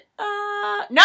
no